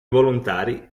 volontari